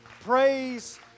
praise